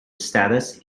status